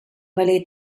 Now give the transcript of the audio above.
belly